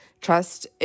Trust